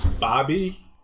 Bobby